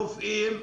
רופאים,